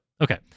Okay